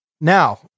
Now